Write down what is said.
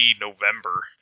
November